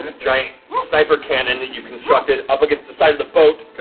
ah giant sniper cannon that you've constructed up against the side of the boat,